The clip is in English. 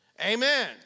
Amen